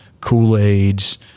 kool-aid's